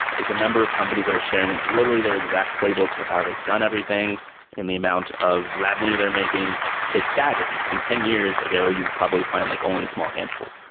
like the number of companies that are sharing literally their exact playbooks of how they've done everything and the amount of revenue they're making is staggering. and ten years ago, you'd probably find like only a small handful.